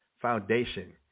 foundation